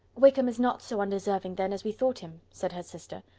wickham is not so undeserving, then, as we thought him, said her sister.